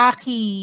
Aki